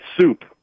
soup